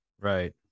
Right